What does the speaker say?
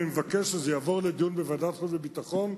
אני מבקש שזה יעבור לדיון בוועדת החוץ והביטחון,